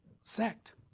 sect